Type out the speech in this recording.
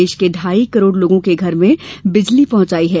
देश के ढाई करोड लोगों के धर में बिजली पहुंचाई है